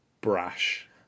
brash